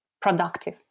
productive